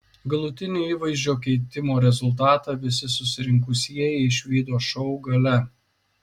galutinį įvaizdžio keitimo rezultatą visi susirinkusieji išvydo šou gale